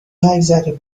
نگذره